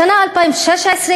השנה 2016,